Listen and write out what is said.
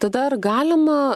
tada ar galima